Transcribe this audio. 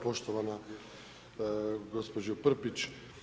Poštovana gospođo Prpić.